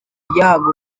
ryahaga